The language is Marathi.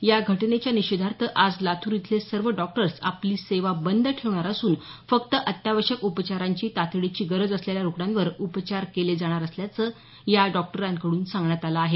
या घटनेच्या निषेधार्थ आज लातूर इथले सर्व डॉक्टर्स आपली सेवा बंद ठेवणार असून फक्त अत्यावश्यक उपचारांची तातडीची गरज असलेल्या रुग्णांवर उपचार केले जाणार असल्याचं या डॉक्टराकडून सांगण्यात आलं आहे